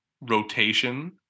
rotation